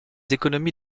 économies